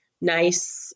nice